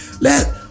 let